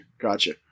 gotcha